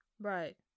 Right